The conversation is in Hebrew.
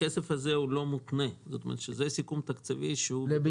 הכסף הזה לא מותנה, כלומר זה סיכום תקציבי לביצוע.